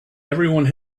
everyone